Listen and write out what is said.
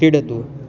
क्रीडतु